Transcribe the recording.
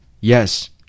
Yes